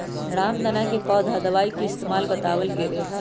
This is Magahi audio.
रामदाना के पौधा दवाई के इस्तेमाल बतावल गैले है